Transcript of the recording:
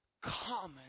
common